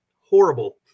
horrible